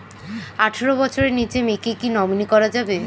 আঠারো বছরের নিচে মেয়েকে কী নমিনি করা যাবে?